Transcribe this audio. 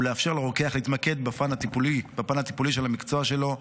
ולאפשר לרוקח להתמקד בפן הטיפולי של המקצוע שלו.